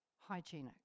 hygienic